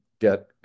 get